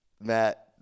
Matt